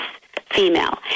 female